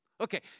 Okay